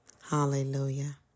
Hallelujah